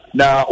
now